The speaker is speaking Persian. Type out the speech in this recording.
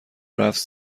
رفت